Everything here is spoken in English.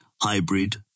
hybrid